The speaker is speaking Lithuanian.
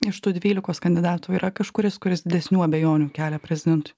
iš tų dvylikos kandidatų yra kažkuris kuris didesnių abejonių kelia prezidentui